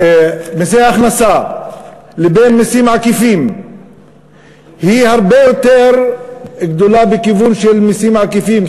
מסי הכנסה לבין מסים עקיפים היא הרבה יותר גדולה בכיוון של מסים עקיפים,